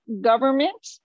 government